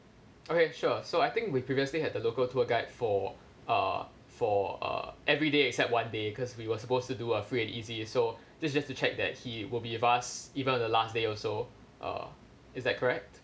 okay sure so I think we previously had a local tour guide for uh for uh everyday except one day cause we were supposed to do a free and easy so just just to check that he will be with us even on the last day also uh is that correct